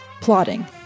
plotting